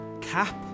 cap